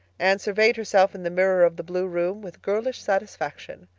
anne surveyed herself in the mirror of the blue room with girlish satisfaction.